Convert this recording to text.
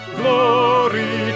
glory